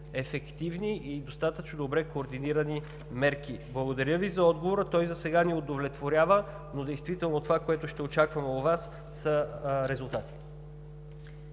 ефективни и достатъчно добре координирани мерки. Благодаря Ви за отговора. Той засега ни удовлетворява, но действително това, което ще очакваме от Вас, са резултати.